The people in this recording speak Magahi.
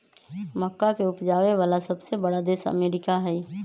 मक्का के उपजावे वाला सबसे बड़ा देश अमेरिका हई